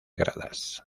gradas